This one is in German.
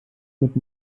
mit